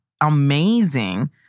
amazing